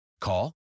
Call